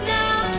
now